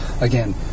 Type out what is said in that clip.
again